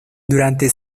durante